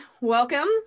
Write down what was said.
welcome